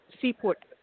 seaport